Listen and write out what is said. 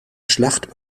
schlacht